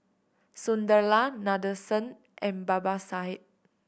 Sunderlal Nadesan and Babasaheb